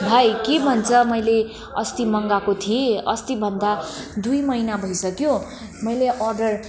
भाइ के भन्छ मैले अस्ति मँगाएको थिएँ अस्तिभन्दा दुई महिना भइसक्यो मैले अर्डर